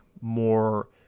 more